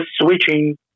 switching